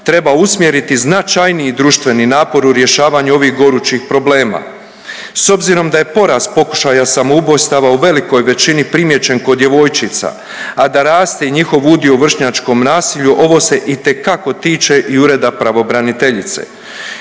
treba usmjeriti značajniji društveni napor u rješavanju ovih gorućih problema. S obzirom da je porast pokušaja samoubojstava u velikoj većini primijećen kod djevojčica, a da raste i njihov udio u vršnjačkom nasilju ovo se itekako tiče i Ureda pravobraniteljice.